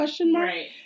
Right